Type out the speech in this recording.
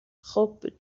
خوب